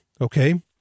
okay